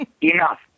enough